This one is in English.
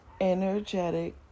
energetic